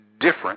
different